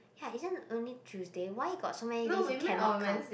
ya isn't only Tuesday why got so many days he cannot come